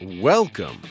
Welcome